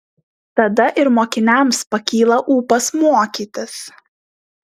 tada ir mokiniams pakyla ūpas mokytis